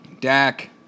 Dak